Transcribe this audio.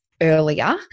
earlier